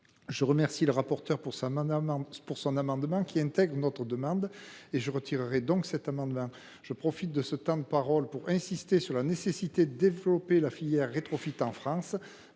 Je remercie le rapporteur de son amendement n° 7 qui intègre notre demande ; je retirerai donc mon amendement. Je profite toutefois du temps de parole qui m’est alloué pour insister sur la nécessité de développer la filière rétrofit en France.